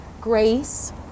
grace